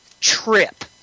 trip